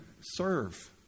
serve